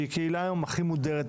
שהיא קהילה היום הכי מודרת,